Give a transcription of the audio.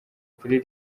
kuri